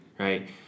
right